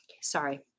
Sorry